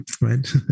right